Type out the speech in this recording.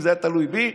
אם זה היה תלוי בי,